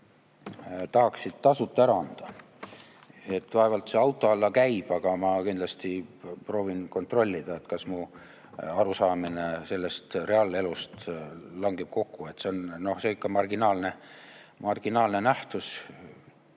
tahaksid tasuta ära anda. Vaevalt see auto alla käib, aga ma kindlasti proovin kontrollida, kas mu arusaamine sellest reaalelust langeb kokku. See on ikka marginaalne nähtus